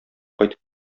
кайтып